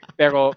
pero